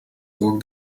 ook